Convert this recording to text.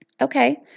okay